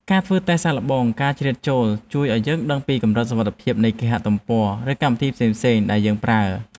ការធ្វើតេស្តសាកល្បងការជ្រៀតចូលជួយឱ្យយើងដឹងពីកម្រិតសុវត្ថិភាពនៃគេហទំព័រ ឬកម្មវិធីផ្សេងៗដែលយើងប្រើ។